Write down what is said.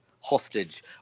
Hostage